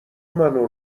منو